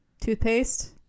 toothpaste